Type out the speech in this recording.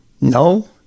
No